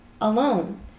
alone